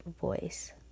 voice